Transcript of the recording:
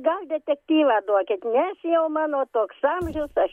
gal detektyvą duokit nes jau mano toks amžius aš